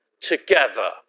Together